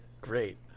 Great